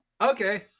okay